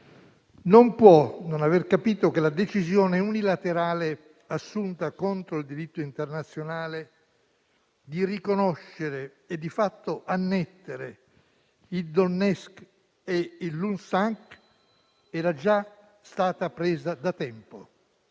non può non aver capito che la decisione unilaterale assunta contro il diritto internazionale di riconoscere e, di fatto, annettere il Donetsk e il Lugansk era già stata presa da tempo.